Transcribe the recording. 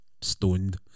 stoned